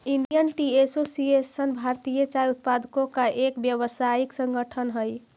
Indian tea association भारतीय चाय उत्पादकों का एक व्यावसायिक संगठन हई